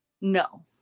no